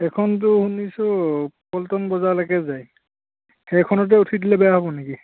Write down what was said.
এইখনটো শুনিছোঁ পল্টন বজাৰলৈকে যায় সেইখনতে উঠি দিলে বেয়া হ'ব নেকি